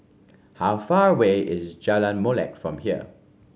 how far away is Jalan Molek from here